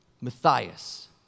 Matthias